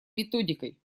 методикой